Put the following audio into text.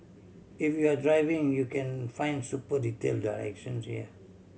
if you're driving you can find super detail directions here